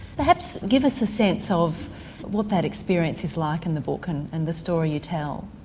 perhaps give us a sense of what that experience is like in the book and and the story you tell.